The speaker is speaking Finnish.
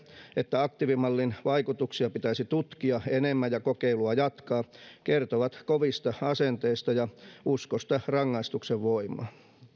että aktiivimallin vaikutuksia pitäisi tutkia enemmän ja kokeilua jatkaa kertovat kovista asenteista ja uskosta rangaistuksen voimaan